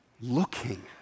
looking